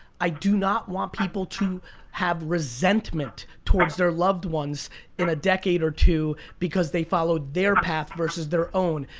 i do not want people to have resentment towards their loved ones in a decade or two because they followed their path versus their own.